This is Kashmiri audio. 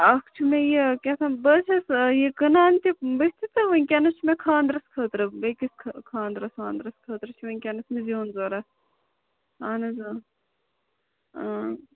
اَکھ چھِ مےٚ یہِ کہتام بہٕ حظ چھَس یہِ کٕنان تہِ بہٕ چھَسو تۅہہِ وُنکٮ۪نس چھُ مےٚ خانٛدرس خٲطرٕ بیٚیِس خانٛدرس وانٛدرس خٲطرٕ چھُ وُنکٮ۪نس مےٚ زیُن ضروٗرت اَہَن حظ آ